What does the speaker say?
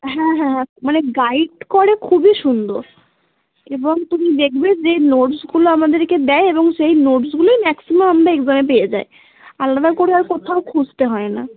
হ্যাঁ হ্যাঁ হ্যাঁ মানে গাইড করে খুবই সুন্দর এবং তুমি দেখবে যে নোটসগুলো আমাদেরকে দেয় এবং সেই নোটসগুলোই ম্যাক্সিমাম আমরা এগজ্যামে পেয়ে যাই আলাদা করে আর কোথাও খুঁজতে হয় না